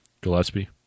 Gillespie